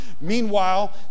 Meanwhile